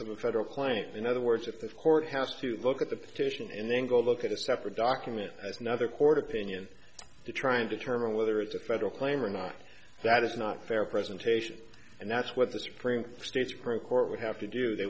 a federal client in other words if the court has to look at the petition and then go look at a separate document as another court opinion to try and determine whether it's a federal claim or not that is not fair presentation and that's what the supreme stage pro court would have to do they